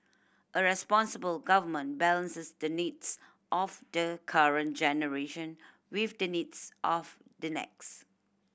a responsible government balances the needs of the current generation with the needs of the next